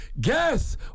guess